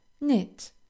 knit